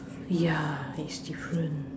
ya it's different